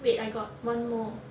wait I got one more